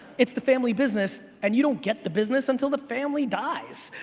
it's the family business and you don't get the business until the family dies.